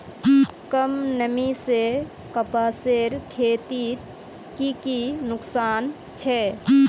कम नमी से कपासेर खेतीत की की नुकसान छे?